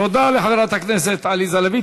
תודה לחברת הכנסת עליזה לביא,